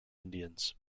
indians